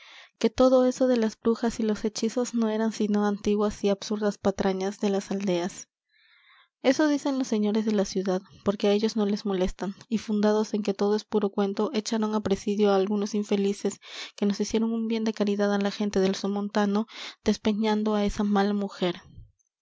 que todo eso de las brujas y los hechizos no eran sino antiguas y absurdas patrañas de las aldeas eso dicen los señores de la ciudad porque á ellos no les molestan y fundados en que todo es puro cuento echaron á presidio á algunos infelices que nos hicieron un bien de caridad á la gente del somontano despeñando á esa mala mujer